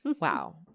wow